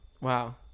Wow